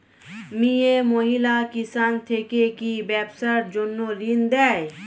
মিয়ে মহিলা কিষান থেকে কি ব্যবসার জন্য ঋন দেয়?